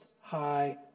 High